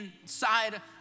inside